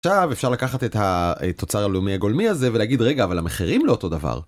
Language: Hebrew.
עכשיו אפשר לקחת את התוצר הלאומי הגולמי הזה ולהגיד רגע אבל המחירים לא אותו דבר